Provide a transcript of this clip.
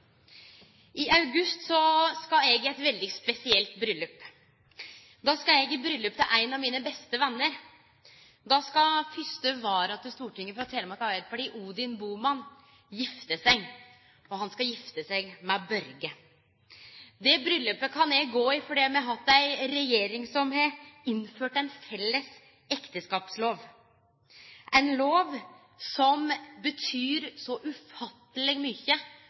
I august skal eg i eit veldig spesielt bryllaup. Då skal eg i bryllaup til ein av mine beste venner. Då skal fyrste vara til Stortinget frå Telemark Arbeidarparti, Odin Bohmann, gifte seg. Og han skal gifte seg med Børge. Det bryllaupet kan eg gå i fordi me har hatt ei regjering som har innført ein felles ekteskapslov, ein lov som betyr så ufatteleg mykje